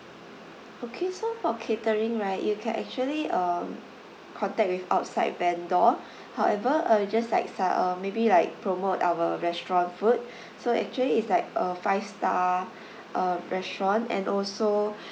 okay so for catering right you can actually um contact with outside vendor however uh just like uh maybe like promote our restaurant food so actually it's like a five star uh restaurant and also